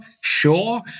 sure